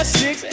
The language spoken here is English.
six